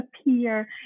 appear